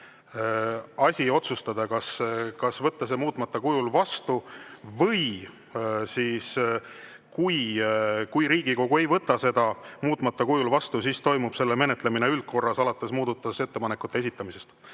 asi otsustada, kas võtta see muutmata kujul vastu. Kui Riigikogu ei võta seda muutmata kujul vastu, siis toimub selle menetlemine üldkorras, alates muudatusettepanekute esitamisest.